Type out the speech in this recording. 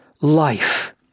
life